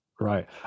Right